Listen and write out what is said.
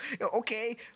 Okay